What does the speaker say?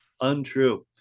Untrue